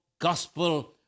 gospel